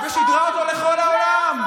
ושידרה אותו לכל העולם.